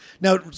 Now